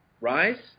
Rise